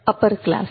upper class